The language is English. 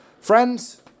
Friends